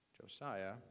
Josiah